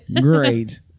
Great